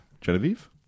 Genevieve